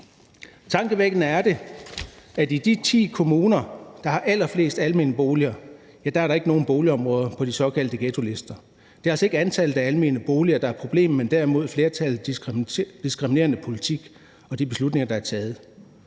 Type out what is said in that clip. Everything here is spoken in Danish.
Tankevækkende er det, at i de ti kommuner, der har allerflest almene boliger, er der ikke nogen boligområder på de såkaldte ghettolister. Det er altså ikke antallet af almene boliger, der er problemet, men derimod flertallets diskriminerende politik og de beslutninger, der er taget.